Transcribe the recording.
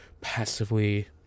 passively